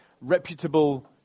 reputable